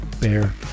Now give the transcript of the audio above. Bear